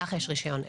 לך יש רישיון עסק.